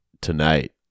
tonight